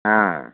हाँ